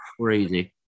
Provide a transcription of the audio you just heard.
Crazy